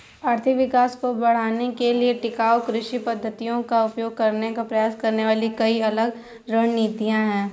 आर्थिक विकास को बढ़ाने के लिए टिकाऊ कृषि पद्धतियों का उपयोग करने का प्रयास करने वाली कई अलग रणनीतियां हैं